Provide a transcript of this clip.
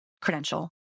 credential